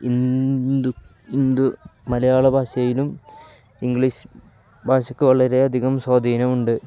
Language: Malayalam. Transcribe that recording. മലയാള ഭാഷയിലും ഇംഗ്ലീഷ് ഭാഷയ്ക്കു വളരെയധികം സ്വാധീനമുണ്ട്